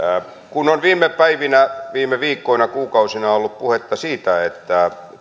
kun on viime päivinä viime viikkoina kuukausina ollut puhetta siitä että